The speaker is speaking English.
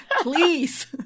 please